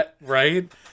right